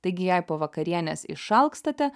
taigi jei po vakarienės išalkstate